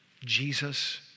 Jesus